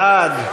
בעד,